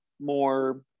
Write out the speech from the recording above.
more